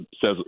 says